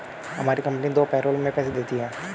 हमारी कंपनी दो पैरोल में पैसे देती है